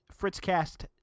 Fritzcast